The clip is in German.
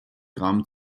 gramm